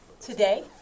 today